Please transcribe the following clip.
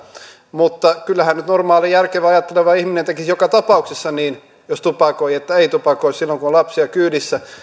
mutta kyllähän nyt normaali järkevä ja ajatteleva ihminen tekisi joka tapauksessa niin jos tupakoi että ei tupakoi silloin kun on lapsia kyydissä